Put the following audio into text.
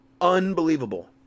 unbelievable